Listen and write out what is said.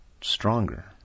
stronger